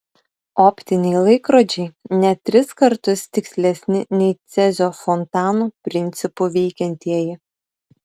optiniai laikrodžiai net tris kartus tikslesni nei cezio fontanų principu veikiantieji